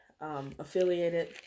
affiliated